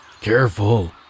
Careful